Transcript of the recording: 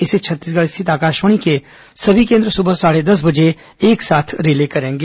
इसे छत्तीसगढ़ स्थित आकाशवाणी के सभी केन्द्र सुबह साढ़े दस बजे एक साथ रिले करेंगे